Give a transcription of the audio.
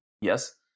Yes